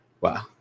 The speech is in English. Wow